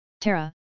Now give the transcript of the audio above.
Tara